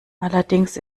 allerdings